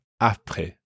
après